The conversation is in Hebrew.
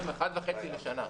נותנים 1.5% לשנה.